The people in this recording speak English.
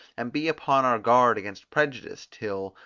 and be upon our guard against prejudice, till,